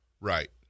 right